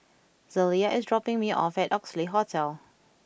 Zelia is dropping me off at Oxley Hotel